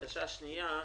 הבקשה השנייה,